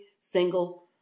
single